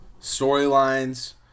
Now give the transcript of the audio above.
storylines